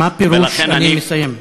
מה פירוש "אני מסיים"?